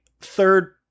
third